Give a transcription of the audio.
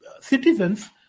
citizens